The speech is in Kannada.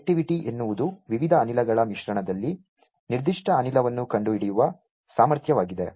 ಸೆಲೆಕ್ಟಿವಿಟಿ ಎನ್ನುವುದು ವಿವಿಧ ಅನಿಲಗಳ ಮಿಶ್ರಣದಲ್ಲಿ ನಿರ್ದಿಷ್ಟ ಅನಿಲವನ್ನು ಕಂಡುಹಿಡಿಯುವ ಸಾಮರ್ಥ್ಯವಾಗಿದೆ